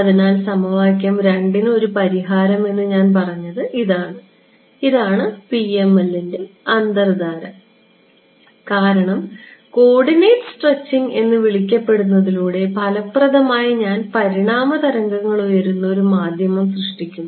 അതിനാൽ സമവാക്യം 2 ന് ഒരു പരിഹാരം എന്ന് ഞാൻ പറഞ്ഞത് ഇതാണ് ഇതാണ് PML ന്റെ അന്തർധാര കാരണം കോർഡിനേറ്റ് സ്ട്രെച്ചിംഗ് എന്ന് വിളിക്കപ്പെടുന്നതിലൂടെ ഫലപ്രദമായി ഞാൻ പരിണാമ തരംഗങ്ങൾ ഉയരുന്ന ഒരു മാധ്യമം സൃഷ്ടിക്കുന്നു